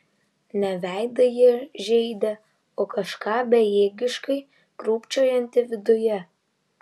ne veidą jie žeidė o kažką bejėgiškai krūpčiojantį viduje